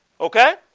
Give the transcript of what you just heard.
Okay